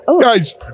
guys